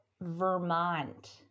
Vermont